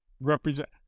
represent